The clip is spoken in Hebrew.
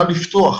מה לפתוח,